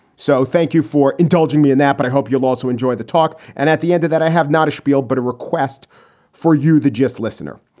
so thank you for indulging me in that. but i hope you'll also enjoy the talk. and at the end of that, i have not a spiel, but a request for you, the gist listener.